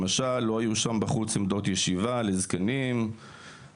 למשל לא היו שם בחוץ עמדות ישיבה לזקנים וכו',